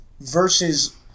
versus